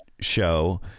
show